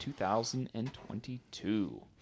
2022